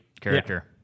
character